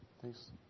Thanks